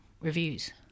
reviews